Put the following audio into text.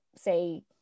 say